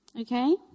Okay